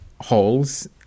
holes